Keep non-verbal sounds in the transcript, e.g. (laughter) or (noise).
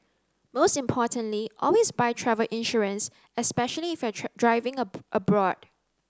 most importantly always buy travel insurance especially if you're (unintelligible) driving a abroad